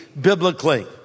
biblically